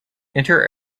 inter